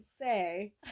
say